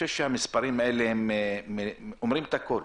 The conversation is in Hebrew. המספרים האלה אומרים את הכול.